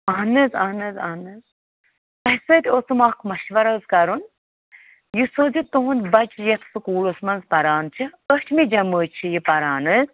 اہن حظ اہن حظ اہَن حظ تۄہہِ سۭتۍ اوسُم اَکھ مَشوَرٕ حظ کَرُن یہِ حظ یہِ تُہُنٛد بَچہِ یَتھ سکوٗلَس منٛز پَران چھِ ٲٹھمہِ جمٲژ چھُ یہِ پَران حظ